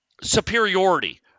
superiority